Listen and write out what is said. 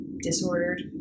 disordered